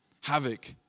havoc